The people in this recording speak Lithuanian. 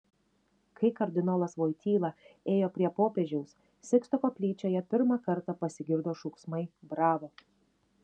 kai kardinolas voityla ėjo prie popiežiaus siksto koplyčioje pirmą kartą pasigirdo šūksmai bravo